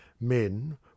Men